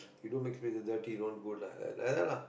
you don't make this place dirty not good lah like that lah